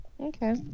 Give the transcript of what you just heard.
Okay